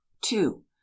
two